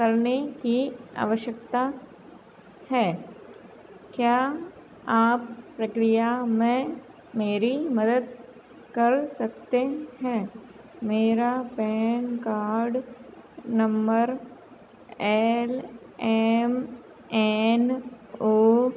करने की आवश्यकता है क्या आप प्रक्रिया में मेरी मदद कर सकते हैं मेरा PAN card number L M N ओ